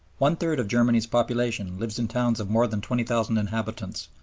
one-third of germany's population lives in towns of more than twenty thousand inhabitants,